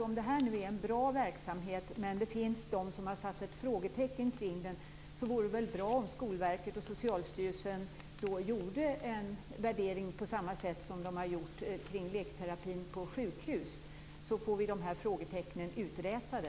Om detta nu är en bra verksamhet och det finns de som har satt ett frågetecken kring den vore det väl bra om Skolverket och Socialstyrelsen gjorde en värdering på samma sätt som de har gjort kring lekterapin på sjukhus. Då får vi dessa frågetecken uträtade.